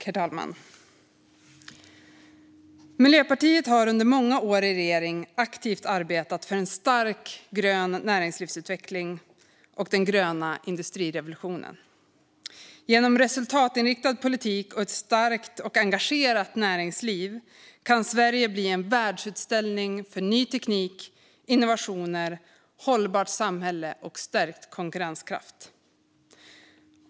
Herr talman! Miljöpartiet har under många år i regering aktivt arbetat för en stark grön näringslivsutveckling och den gröna industrirevolutionen. Genom resultatinriktad politik och ett starkt och engagerat näringsliv kan Sverige bli en världsutställning för ny teknik, innovationer, hållbart samhälle och stärkt konkurrenskraft.